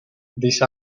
these